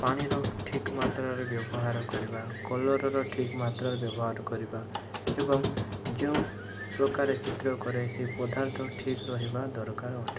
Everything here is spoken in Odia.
ପାଣିର ଠିକ୍ ମାତ୍ରରେ ବ୍ୟବହାର କରିବା କଲର୍ ର ଠିକ୍ ମାତ୍ରରେ ବ୍ୟବହାର କରିବା ଏବଂ ଯେଉଁ ପ୍ରକାରେ ଚିତ୍ର କରାଏ ସେ ପଦାର୍ଥ ଠିକ୍ ରହିବା ଦରକାର ଅଟେ